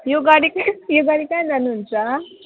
यो गाडी चाहिँ यो गाडी कहाँ जानुहुन्छ